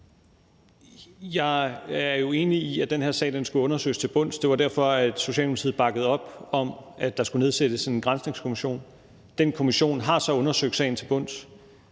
Jeg er jo enig i, at den her sag skulle undersøges til bunds. Det er derfor, at Socialdemokratiet bakkede op om, at der skulle nedsættes en granskningskommission. Den kommission har så undersøgt sagen til bunds.